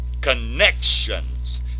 connections